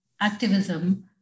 activism